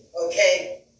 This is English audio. Okay